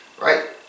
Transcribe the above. Right